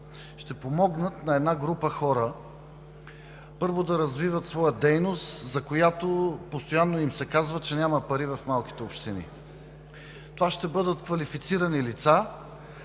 ще помогнат на една група хора, първо, да развиват своя дейност, за която постоянно им се казва, че няма пари в малките общини. Това ще бъдат квалифицирани лица,